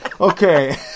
okay